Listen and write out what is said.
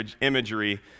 imagery